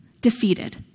defeated